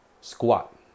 squat